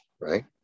right